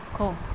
ਸਿੱਖੋ